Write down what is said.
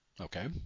Okay